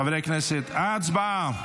חברי הכנסת, הצבעה.